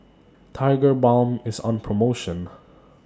Tigerbalm IS on promotion